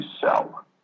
sell